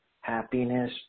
happiness